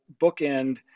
bookend